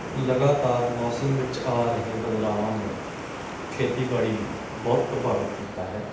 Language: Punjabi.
ਲਗਾਤਾਰ ਮੌਸਮ ਵਿੱਚ ਆ ਰਹੇ ਬਦਲਾਵਾਂ ਨੇ ਖੇਤੀਬਾੜੀ ਨੂੰ ਬਹੁਤ ਪ੍ਰਭਾਵਿਤ ਕੀਤਾ ਹੈ